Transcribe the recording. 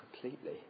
completely